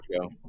go